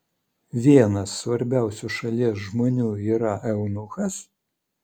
vienas svarbiausių šalies žmonių yra eunuchas